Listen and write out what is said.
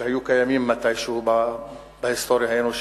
שהיו קיימים מתישהו בהיסטוריה האנושית.